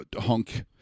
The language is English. hunk